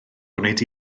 gwneud